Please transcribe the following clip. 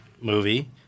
movie